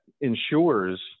ensures